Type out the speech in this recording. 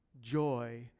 Joy